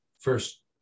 first